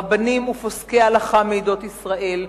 רבנים ופוסקי הלכה מעדות ישראל,